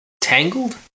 Tangled